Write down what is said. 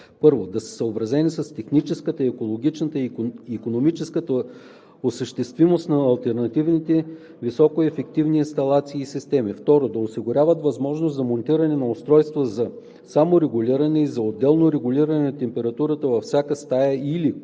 1. да са съобразени с техническата, екологичната и икономическата осъществимост на алтернативни високоефективни инсталации и системи; 2. да осигуряват възможност за монтиране на устройства за саморегулиране и за отделно регулиране на температурата във всяка стая или, когато